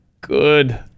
good